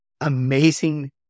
amazing